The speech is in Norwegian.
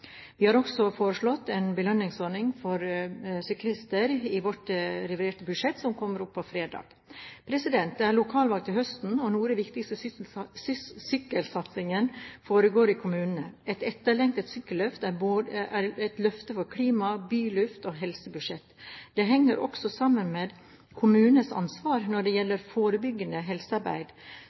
Vi har også foreslått en belønningsordning for syklister i vårt reviderte budsjett, som kommer opp på fredag. Det er lokalvalg til høsten, og noe av den viktigste sykkelsatsingen foregår i kommunene. Et etterlengtet sykkelløft er et løft både for klima, byluft og helsebudsjett. Det henger også sammen med kommunenes ansvar når det gjelder forebyggende helsearbeid,